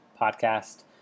podcast